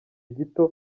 gito